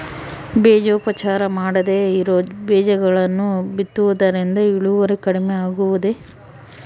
ಬೇಜೋಪಚಾರ ಮಾಡದೇ ಇರೋ ಬೇಜಗಳನ್ನು ಬಿತ್ತುವುದರಿಂದ ಇಳುವರಿ ಕಡಿಮೆ ಆಗುವುದೇ?